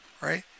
right